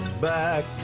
back